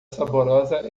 saborosa